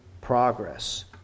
progress